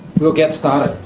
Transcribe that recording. we'll get started.